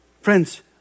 Friends